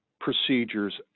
procedures